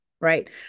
right